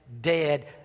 dead